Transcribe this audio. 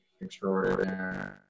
extraordinary